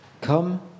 Come